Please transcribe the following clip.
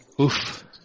Oof